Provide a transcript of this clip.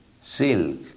silk